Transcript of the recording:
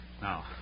Now